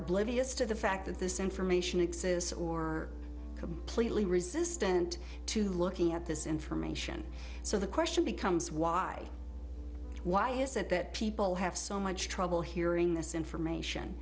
oblivious to the fact that this information exists or completely resistant to looking at this information so the question becomes why why is it that people have so much trouble hearing this information